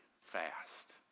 fast